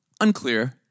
Unclear